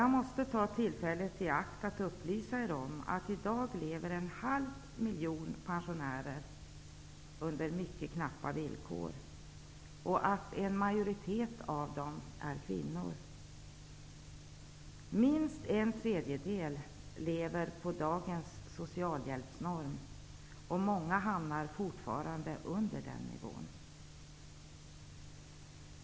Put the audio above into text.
Jag måste ta tillfället i akt att upplysa kammarens ledamöter om att en halv miljon pensionärer i dag lever under mycket knappa villkor. En majoritet av dessa är kvinnor. Minst en tredjedel lever på dagens socialhjälpsnorm, och många hamnar fortfarande under den nivån.